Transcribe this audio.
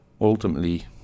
ultimately